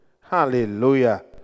Hallelujah